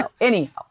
anyhow